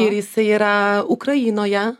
ir jisai yra ukrainoje